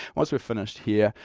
once we've finished here,